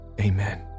Amen